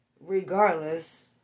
Regardless